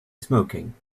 smoking